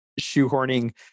shoehorning